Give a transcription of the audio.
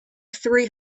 three